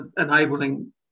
enabling